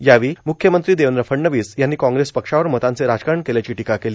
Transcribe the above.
यावेळी मुख्यमंत्री देवेंद्र फडणवीस यांनी काँग्रेस पक्षावर मतांचे राजकारण केल्याची टीका केली